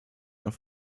auf